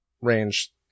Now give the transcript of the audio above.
range